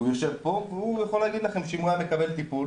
הוא יושב פה והוא יכול להגיד לכם שאם הוא היה מקבל טיפול